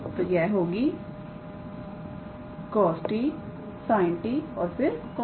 तो यह होगी cost sint और फिर cost